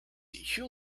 you